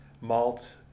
Malt